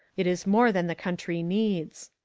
it is more than the country needs.